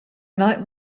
night